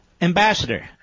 Ambassador